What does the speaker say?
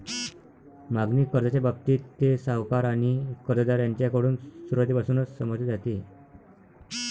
मागणी कर्जाच्या बाबतीत, ते सावकार आणि कर्जदार यांच्याकडून सुरुवातीपासूनच समजले जाते